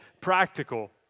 practical